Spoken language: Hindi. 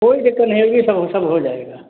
कोई दिक़्क़त नहीं होगी सब सब हो जाएगा